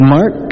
Mark